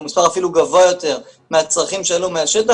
הוא מספר אפילו גבוה יותר מהצרכים שעלו מהשטח,